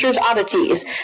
oddities